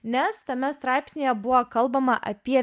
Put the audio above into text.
nes tame straipsnyje buvo kalbama apie